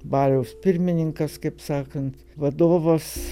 baliaus pirmininkas kaip sakant vadovas